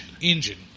Engine